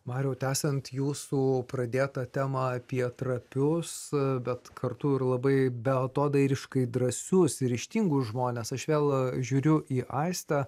mariau tęsiant jūsų pradėtą temą apie trapius bet kartu ir labai beatodairiškai drąsius ir ryžtingus žmones aš vėl žiūriu į aistę